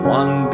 one